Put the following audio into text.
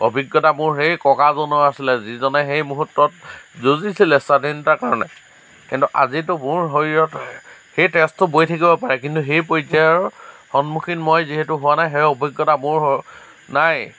অভিজ্ঞতা মোৰ সেই ককাজনৰ আছিলে যিজনে সেই মুহূৰ্তত যুঁজিছিলে স্বাধীনতাৰ কাৰণে কিন্তু আজিটো মোৰ শৰীৰত সেই তেজটো বৈ থাকিব পাৰে কিন্তু সেই পৰ্য্য়ায়ৰ সন্মুখীন মই যিহেতু হোৱা নাই সেই অভিজ্ঞতা মোৰ শ নাই